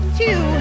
two